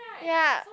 ya